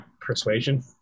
Persuasion